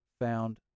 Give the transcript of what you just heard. found